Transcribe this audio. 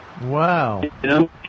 Wow